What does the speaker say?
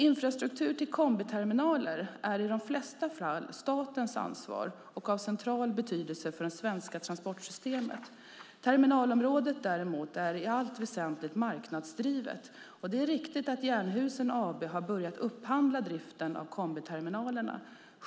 Infrastruktur till kombiterminaler är i de flesta fall statens ansvar och av central betydelse för det svenska transportsystemet. Terminalområdet däremot är i allt väsentligt marknadsdrivet. Det är riktigt att Jernhusen AB har börjat upphandla driften av kombiterminalerna.